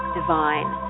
divine